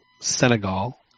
Senegal